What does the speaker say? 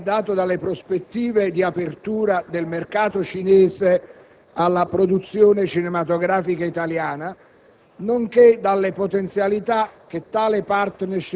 Il rilievo economico-culturale è dato dalle prospettive di apertura del mercato cinese alla produzione cinematografica italiana,